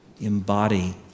embody